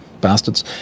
bastards